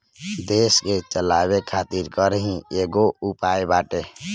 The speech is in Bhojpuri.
देस के चलावे खातिर कर ही एगो उपाय बाटे